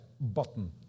button